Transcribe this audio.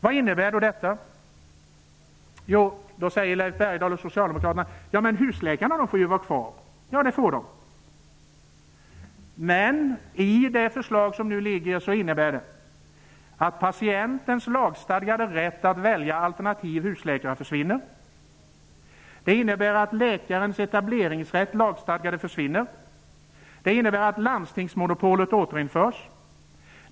Vad innebär då detta? Husläkarna får ju vara kvar. Ja, det får de. Men det förslag som nu ligger innebär att patientens lagstadgade rätt att välja alternativ husläkare försvinner. Det innebär att läkarnas lagstadgade etableringsrätt försvinner.